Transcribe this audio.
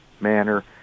manner